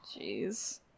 Jeez